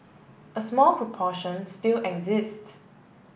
a small proportion still exists